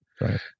Right